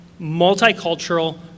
multicultural